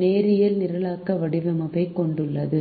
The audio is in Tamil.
நேரியல் நிரலாக்க வடிவமைப்பையும் கொண்டுள்ளது